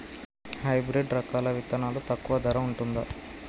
Hybrid రకాల విత్తనాలు తక్కువ ధర ఉంటుందా?